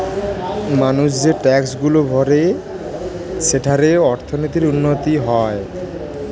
মানুষ যে ট্যাক্সগুলা ভরে সেঠারে অর্থনীতির উন্নতি হয়